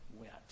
went